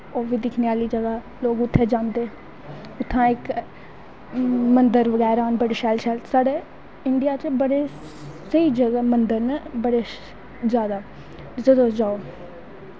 ओह् बी दिक्खनें आह्ली जगा ऐ लोग उत्थें जांदे उत्थैं इक मन्दर बगैरा उंदें बी शैल शैल साढ़े इंडिया च बड़े स्हेई जगा मन्दर न जादै जित्थें तुस जाओ